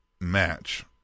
match